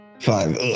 Five